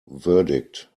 verdict